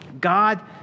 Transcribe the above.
God